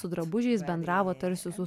su drabužiais bendravo tarsi su